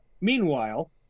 meanwhile